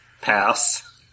pass